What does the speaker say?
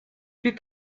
plus